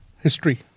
history